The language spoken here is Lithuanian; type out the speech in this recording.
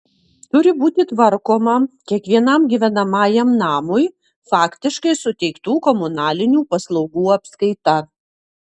turi būti tvarkoma kiekvienam gyvenamajam namui faktiškai suteiktų komunalinių paslaugų apskaita